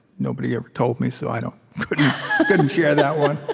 nobody ever told me, so i couldn't couldn't share that one